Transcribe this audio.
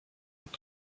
und